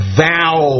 vow